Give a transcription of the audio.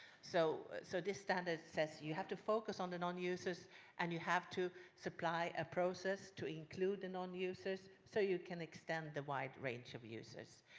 so so this standard says you have to focus on the nonusers and you have to supply a process to include the nonusers so you can extend the wide range of users.